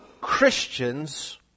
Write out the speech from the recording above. Christians